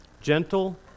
gentle